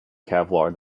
kevlar